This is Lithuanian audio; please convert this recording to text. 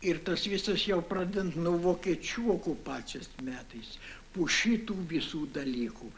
ir tas visas jau pradedant nuo vokiečių okupacijos metais po šitų visų dalykų